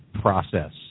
process